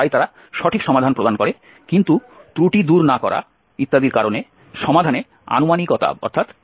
তাই তারা সঠিক সমাধান প্রদান করে কিন্তু ত্রুটি দূর না করা ইত্যাদির কারণে সমাধানে আনুমানিকতা থাকতে পারে